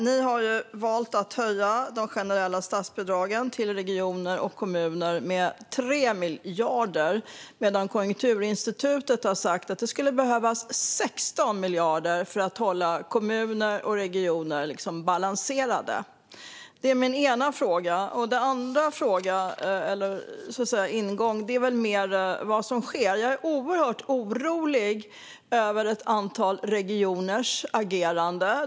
Ni har valt att höja dessa bidrag till regioner och kommuner med 3 miljarder medan Konjunkturinstitutet har sagt att det skulle behövas 16 miljarder för att hålla kommuner och regioner balanserade. Min andra gäller vad som sker. Jag är väldigt orolig över ett antal regioners agerande.